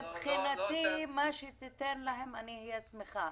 מבחינתי מה שתיתן להם אני אשמח.